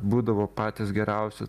būdavo patys geriausi